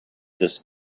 this